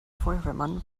feuerwehrmann